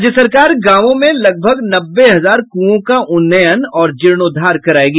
राज्य सरकार गांवों में लगभग नब्बे हजार कुओं का उन्नयन और जीर्णोद्वार करायेगी